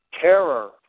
terror